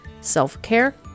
self-care